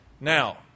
Now